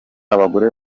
abagore